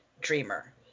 dreamer